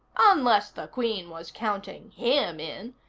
unless the queen was counting him in.